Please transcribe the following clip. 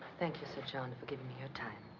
thank you, sir john, and for giving me your time.